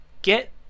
get